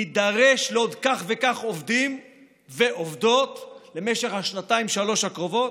נידרש לעוד כך וכך עובדים ועובדות למשך השנתיים-שלוש הקרובות,